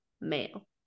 male